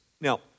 Now